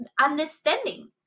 understanding